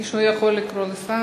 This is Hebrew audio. מישהו יכול לקרוא לשר?